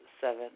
seven